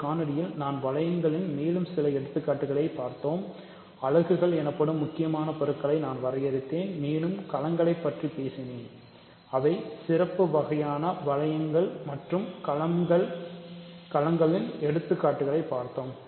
இந்த காணொளியில் நான் வளையங்களின் மேலும் சில எடுத்துக்காட்டுகளைப் பார்த்தேன் அலகுகள் எனப்படும் முக்கியமான பொருள்களை நான் வரையறுத்தேன் மேலும் களங்களைப் பற்றி பேசினேன் அவை சிறப்பு வகையான வளையங்கள் மற்றும் களம்கள் எடுத்துக்காட்டுகளைப் பார்த்தோம்